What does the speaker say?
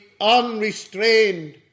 unrestrained